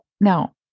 now